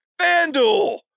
FanDuel